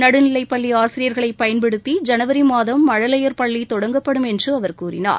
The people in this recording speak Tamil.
நடுநிலைப் பள்ளி ஆசிரியர்களை பயன்படுத்தி ஜனவரி மாதம் மழலையர் பள்ளி தொடங்கப்படும் என்று அவர் கூறினார்